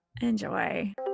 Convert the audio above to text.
Enjoy